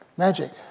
Magic